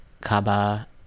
Kaba